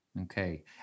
Okay